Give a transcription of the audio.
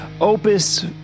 Opus